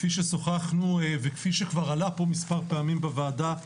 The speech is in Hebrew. כפי שוחחנו וכפי שכבר עלה פה מספר פעמים בוועדה,